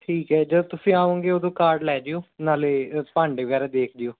ਠੀਕ ਹੈ ਜੇ ਤੁਸੀਂ ਆਓਗੇ ਉਦੋਂ ਕਾਰਡ ਲੈ ਜਿਓ ਨਾਲੇ ਭਾਂਡੇ ਵਗੈਰਾ ਦੇਖ ਜਿਓ